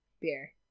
beer